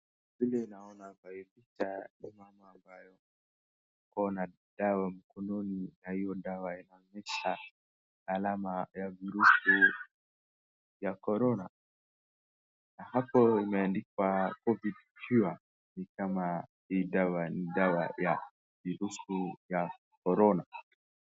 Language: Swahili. Vile naona kwa hii picha ni mama ambaye ako na dawa mkononi, na hiyo dawa inaonyesha alama ya virusi vya korona. Hapo imeandikwa covid cure , ni kama hii dawa ni dawa ya virusi vya korona.